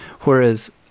Whereas